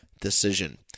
Decision